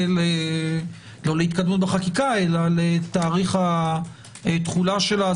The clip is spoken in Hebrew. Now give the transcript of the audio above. לא להתקדמות בחקיקה אלא לתאריך התחולה שלה.